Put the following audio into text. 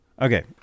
Okay